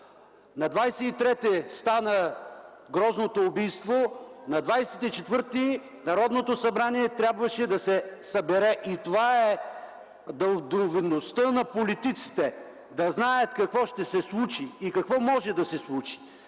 На 23-и стана грозното убийство, на 24-и Народното събрание трябваше да се събере. И това е далновидността на политиците – да знаят какво ще се случи и какво може да се случи,